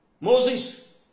Moses